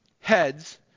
heads